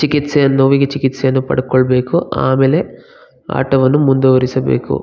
ಚಿಕಿತ್ಸೆಯ ನೋವಿಗೆ ಚಿಕಿತ್ಸೆಯನ್ನು ಪಡ್ಕೊಳ್ಬೇಕು ಆಮೇಲೆ ಆಟವನ್ನು ಮುಂದುವರಿಸಬೇಕು